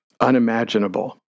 unimaginable